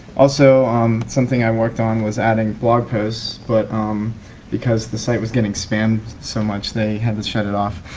also um something i worked on was adding blog posts, but because the site was getting spammed so much they had to shut it off.